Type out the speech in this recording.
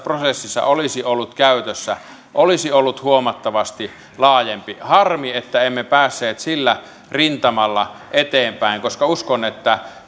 prosessissa olisi ollut käytössä olisi ollut huomattavasti laajempi harmi että emme päässeet sillä rintamalla eteenpäin koska uskon että